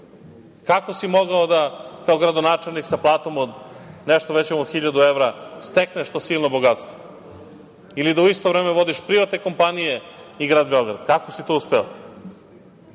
Kako si mogao da kao gradonačelnik sa platom od nešto većom od 1.000 evra stekneš to silno bogatstvo ili da u isto vreme vodiš privatne kompanije i grad Beograd? Kako si to uspeo?